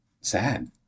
sad